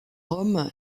rome